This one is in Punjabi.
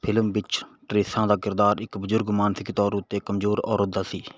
ਫ਼ਿਲਮ ਵਿੱਚ ਟਰੇਸਾਂ ਦਾ ਕਿਰਦਾਰ ਇੱਕ ਬਜ਼ੁਰਗ ਮਾਨਸਿਕ ਤੌਰ ਉੱਤੇ ਕਮਜ਼ੋਰ ਔਰਤ ਦਾ ਸੀ